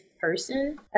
person